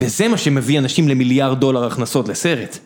וזה מה שמביא אנשים למיליארד דולר הכנסות לסרט.